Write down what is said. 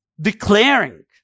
Declaring